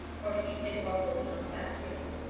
or feasted more fully on fat things.